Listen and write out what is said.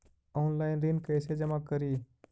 Online ऋण कैसे जमा करी?